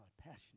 Passionate